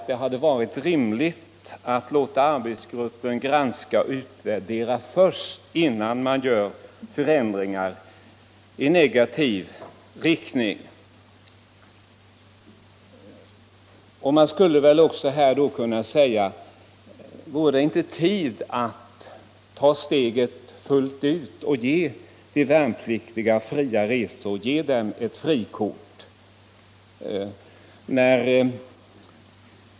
Det hade varit rimligt att låta arbetsgruppen göra sin granskning och utvärdering innan man genomför ändringar i negativ riktning. Man skulle också kunna ställa frågan om tiden inte nu är inne att ta steget fullt ut och ge de värnpliktiga fria resor, ett frikort.